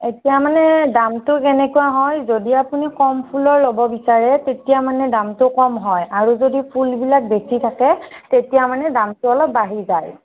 এতিয়া মানে দামটো কেনেকুৱা হয় যদি আপুনি কম ফুলৰ ল'ব বিচাৰে তেতিয়া মানে দামটো কম হয় আৰু যদি ফুলবিলাক বেছি থাকে তেতিয়া মানে দামটো অলপ বাঢ়ি যায়